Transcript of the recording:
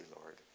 Lord